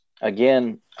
again